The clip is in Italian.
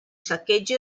saccheggi